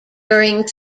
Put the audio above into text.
during